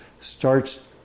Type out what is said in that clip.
starts